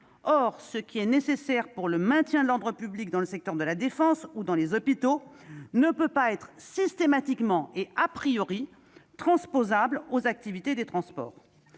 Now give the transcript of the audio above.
Or ce qui est nécessaire pour le maintien de l'ordre public dans le secteur de la défense ou dans les hôpitaux ne peut être systématiquement et transposable aux activités des transports.